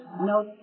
no